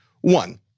One